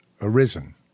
arisen